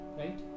right